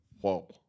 whoa